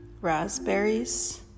Raspberries